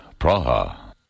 Praha